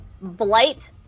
Blight